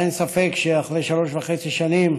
אבל אין ספק שאחרי שלוש וחצי שנים